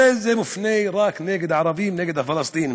הרי זה מופנה רק נגד הערבים, נגד הפלסטינים,